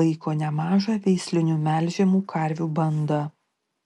laiko nemažą veislinių melžiamų karvių bandą